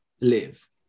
live